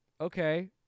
okay